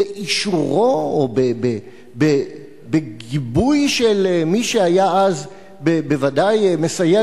באישורו או בגיבוי של מי שהיה אז בוודאי מסייע